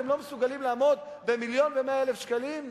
אתם לא מסוגלים לעמוד במיליון ו-100,000 שקלים?